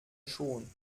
schon